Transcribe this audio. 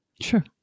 Sure